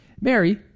Mary